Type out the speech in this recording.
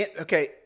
Okay